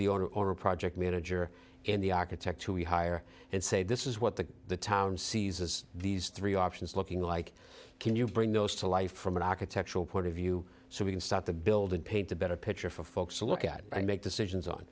a project manager and the architect who we hire and say this is what the town sees as these three options looking like can you bring those to life from an architectural point of view so we can start to build and paint a better picture for folks to look at and make decisions on